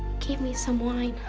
gave me some wine.